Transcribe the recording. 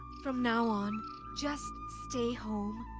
from now on just stay home.